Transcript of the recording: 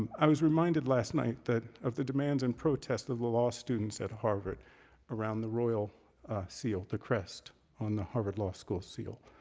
i was reminded last night of the demands and protests of law students at harvard around the royal seal, the crest on the harvard law school seal.